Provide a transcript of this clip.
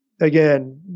again